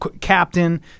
Captain